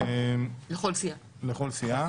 לכל סיעה.